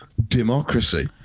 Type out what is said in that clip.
democracy